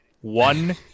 one